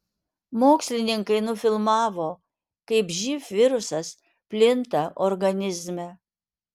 mokslininkai nufilmavo kaip živ virusas plinta organizme